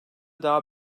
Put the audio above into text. daha